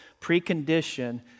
precondition